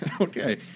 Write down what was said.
Okay